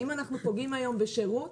האם אנחנו פוגעים היום בשירות